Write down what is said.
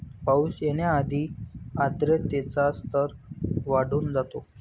पाऊस येण्याआधी आर्द्रतेचा स्तर वाढून जातो